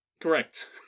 Correct